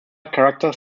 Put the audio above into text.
characters